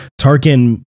Tarkin